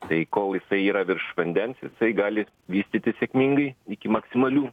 tai kol jisai yra virš vandens jisai gali vystytis sėkmingai iki maksimalių